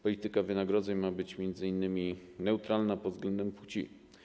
Polityka wynagrodzeń ma być m.in. neutralna pod względem płci.